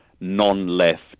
non-left